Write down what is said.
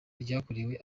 ryakorewe